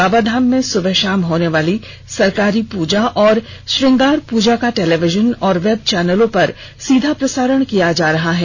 बाबाधाम में सुबह शाम होने वाली सरकारी पूजा और श्रंगार प्रजा का टेलीविजन और वेब चैनलों पर सीधा प्रसारण किया जा रहा है